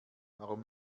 warum